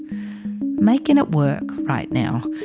makin it work right now.